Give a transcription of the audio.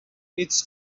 needs